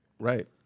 Right